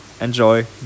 enjoy